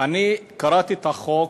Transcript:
אני קראתי את החוק,